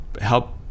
help